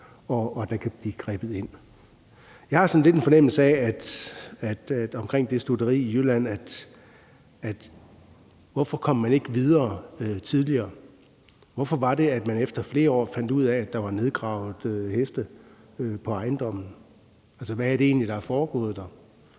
at der kan blive grebet ind. Jeg har sådan lidt en undren over for sagen om det stutteri i Jylland. Hvorfor kom man ikke videre tidligere? Hvorfor var det, at man efter flere år fandt ud af, at der var nedgravet heste på ejendommen? Altså, hvad er det egentlig, der er foregået dér?